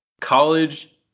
College